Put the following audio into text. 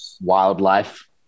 Wildlife